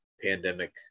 pandemic